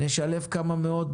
נשלב כמה מאות.